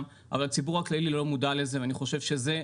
אבל הציבור הכללי לא מודע לזה ואני חושב שזה,